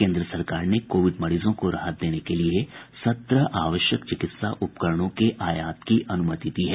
केंद्र सरकार ने कोविड मरीजों को राहत देने के लिए सत्रह आवश्यक चिकित्सा उपकरणों के आयात की अनुमति दी है